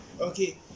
okay